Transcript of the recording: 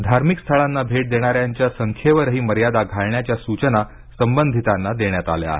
धार्मिक स्थळांना भेट देणाऱ्याच्या संख्येवरही मर्यादा घालण्याच्या सूचना संबंधितांना देण्यात आल्या आहेत